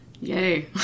Yay